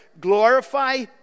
glorify